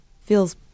feels